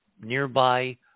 nearby